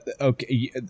okay